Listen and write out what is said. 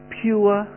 pure